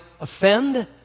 offend